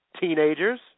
teenagers